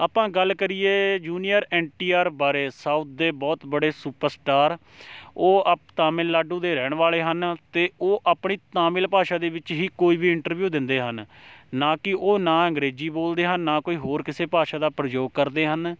ਆਪਾਂ ਗੱਲ ਕਰੀਏ ਜੂਨੀਅਰ ਐੱਨ ਟੀ ਆਰ ਬਾਰੇ ਸਾਊਥ ਦੇ ਬਹੁਤ ਬੜੇ ਸੁਪਰ ਸਟਾਰ ਉਹ ਆਪ ਤਾਮਿਲਨਾਡੂ ਦੇ ਰਹਿਣ ਵਾਲੇ ਹਨ ਅਤੇ ਉਹ ਆਪਣੀ ਤਾਮਿਲ ਭਾਸ਼ਾ ਦੇ ਵਿੱਚ ਹੀ ਕੋਈ ਵੀ ਇੰਟਰਵਿਊ ਦਿੰਦੇ ਹਨ ਨਾ ਕੀ ਉਹ ਨਾ ਅੰਗਰੇਜ਼ੀ ਬੋਲਦੇ ਹਨ ਨਾ ਕੋਈ ਹੋਰ ਕਿਸੇ ਭਾਸ਼ਾ ਦਾ ਪ੍ਰਯੋਗ ਕਰਦੇ ਹਨ